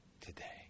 today